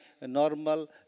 normal